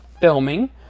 filming